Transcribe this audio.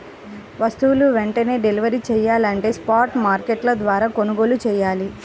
వస్తువులు వెంటనే డెలివరీ చెయ్యాలంటే స్పాట్ మార్కెట్ల ద్వారా కొనుగోలు చెయ్యాలి